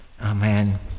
Amen